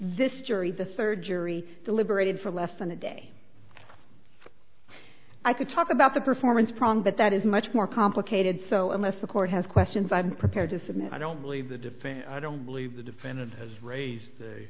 this jury the surgery deliberated for less than a day i could talk about the performance problem but that is much more complicated so unless the court has questions i'm prepared to submit i don't believe the defense i don't believe the defendant has raised the